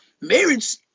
marriage